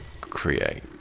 create